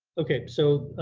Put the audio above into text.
okay, so